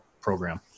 program